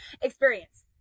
experience